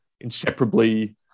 inseparably